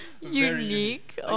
unique